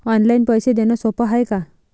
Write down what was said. Online पैसे देण सोप हाय का?